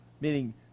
meaning